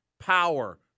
power